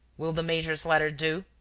will the major's letter do?